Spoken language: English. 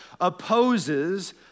opposes